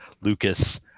lucas